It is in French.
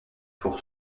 pour